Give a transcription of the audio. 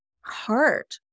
heart